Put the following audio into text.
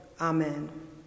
amen